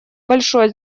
большое